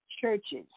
churches